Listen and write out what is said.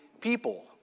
people